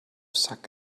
suck